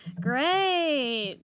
great